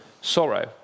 Sorrow